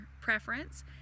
preference